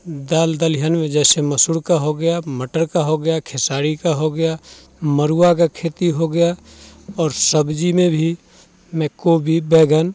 दाल दलहन जैसे मसूर का हो गया मटर का हो गया खेसारी का हो गया मडूंआ का खेती हो गया और सब्जी में भी मैं गोभी बैगन